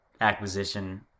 acquisition